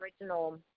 original